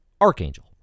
Archangel